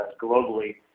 globally